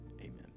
Amen